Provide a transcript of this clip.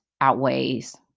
outweighs